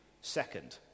second